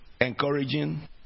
encouraging